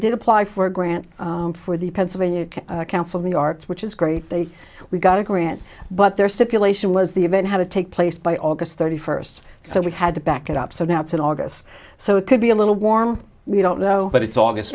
did apply for a grant for the pennsylvania council of the arts which is great they we got a grant but there stipulation was the event had to take place by august thirty first so we had to back it up so now it's in august so it could be a little warm we don't know but it's august